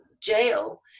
jail